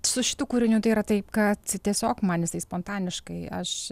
su šitu kūriniu tai yra taip kad tiesiog man jisai spontaniškai aš